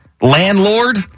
landlord